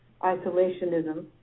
isolationism